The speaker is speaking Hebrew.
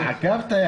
עקבת.